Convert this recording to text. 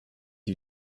you